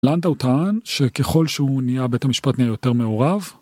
לנדאו טען שככל שהוא נהיה בית המשפט נהיה יותר מעורב